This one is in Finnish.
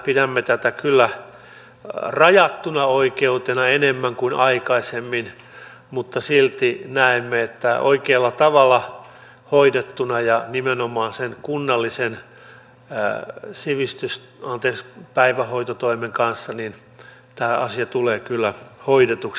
pidämme tätä kyllä enemmän rajattuna oikeutena kuin aikaisemmin mutta silti näemme että oikealla tavalla hoidettuna ja nimenomaan kunnallisen päivähoitotoimen kanssa tämä asia tulee kyllä hoidetuksi